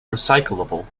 recyclable